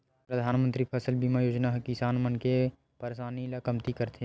परधानमंतरी फसल बीमा योजना ह किसान मन के परसानी ल कमती करथे